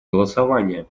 голосования